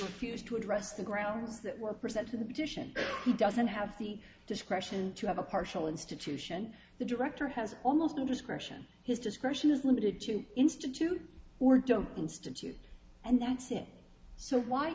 refused to address the grounds that were presented to the petition he doesn't have the discretion to have a partial institution the director has almost no discretion his discretion is limited to institute or don't institute and that's it so why